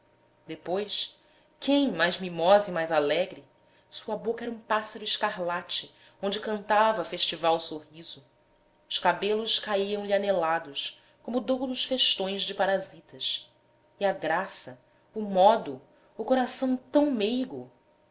depois quem mais mimosa e mais alegre sua boca era um pássaro escarlate onde cantava festival sorriso os cabelos caíam-lhe anelados como doudos festões de parasitas e a graça o modo o coração tão meigo